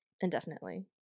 Indefinitely